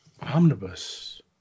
Omnibus